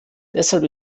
deshalb